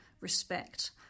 respect